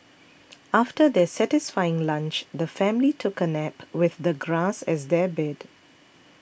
after their satisfying lunch the family took a nap with the grass as their bed